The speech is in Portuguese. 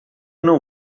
não